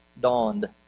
dawned